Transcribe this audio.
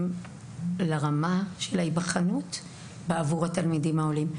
לרמה של ההיבחנות בעבור התלמידים העולים,